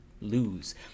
lose